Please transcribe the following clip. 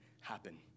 happen